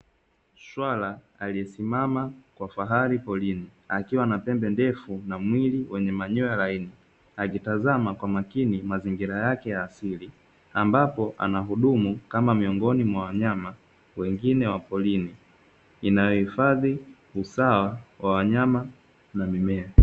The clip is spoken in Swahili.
Swala aliyesimama kwa fahari porini, akiwa na pembe ndefu na mwili wenye manyoya laini akitazama kwa makini mazingira yake ya asili ambapo anahudumu kama miongoni mwa wanyama wengine wa porini inayohifadhi usawa wa wanyama na mimea.